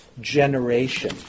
generation